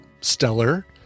stellar